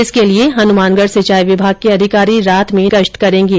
इसके लिए हनुमानगढ सिंचाई विभाग के अधिकारी रात में नहरों की गश्त करेंगे